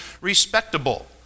respectable